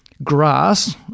grass